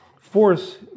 Force